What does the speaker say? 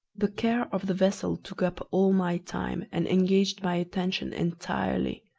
the care of the vessel took up all my time, and engaged my attention entirely.